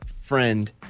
friend